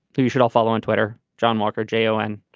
we should all follow on twitter. john walker joe and